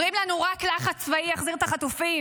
אומרים לנו: רק לחץ צבאי יחזיר את החטופים.